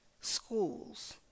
schools